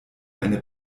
eine